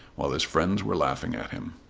while his friends were laughing at him.